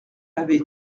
avait